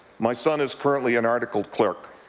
my son is currently an article clerk.